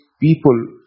people